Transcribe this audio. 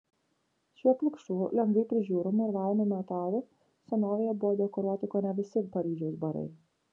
šiuo pilkšvu lengvai prižiūrimu ir valomu metalu senovėje buvo dekoruoti kone visi paryžiaus barai